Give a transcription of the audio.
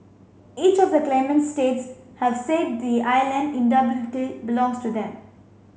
each of the claimant states have said the island belongs to them